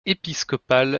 épiscopal